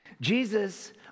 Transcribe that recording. Jesus